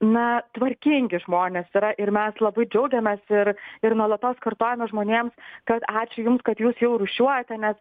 na tvarkingi žmonės yra ir mes labai džiaugiamės ir ir nuolatos kartojame žmonėms kad ačiū jums kad jūs jau rūšiuojate nes